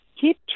keep